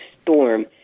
storm